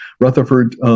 Rutherford